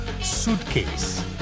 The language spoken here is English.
Suitcase